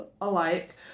alike